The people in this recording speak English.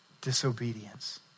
disobedience